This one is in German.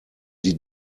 sie